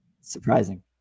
surprising